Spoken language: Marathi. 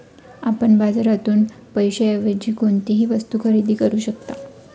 आपण बाजारातून पैशाएवजी काहीही वस्तु खरेदी करू शकता